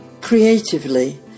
Creatively